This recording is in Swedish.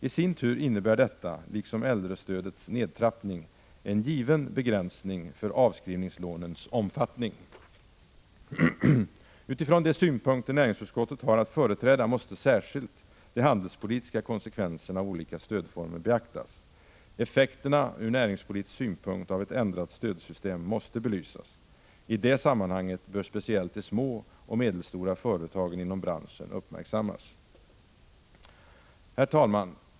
I sin tur innebär detta liksom äldrestödets nedtrappning en given begränsning av avskrivningslånens omfattning. Utifrån de synpunkter näringsutskottet har att företräda måste särskilt de handelspolitiska konsekvenserna av olika stödformer beaktas. Effekterna ur näringspolitisk synpunkt av ett ändrat stödsystem måste belysas. I det sammanhanget bör speciellt de små och medelstora företagen inom branschen uppmärksammas. Herr talman!